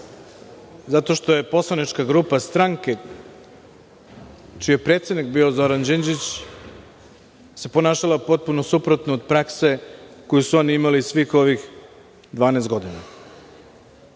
zato što se poslanička grupa stranke čiji je predsednik bio Zoran Đinđić ponašala potpuno suprotno od prakse koju su oni imali svih ovih 12 godina.